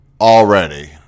already